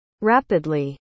rapidly